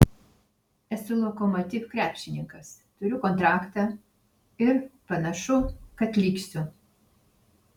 esu lokomotiv krepšininkas turiu kontraktą ir panašu kad liksiu